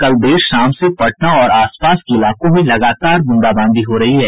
कल देर शाम से पटना और आस पास के इलाकों में लगातार ब्रंदाबांदी हो रही है